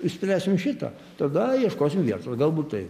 išspręsim šitą tada ieškosim vietų galbūt tai